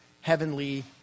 heavenly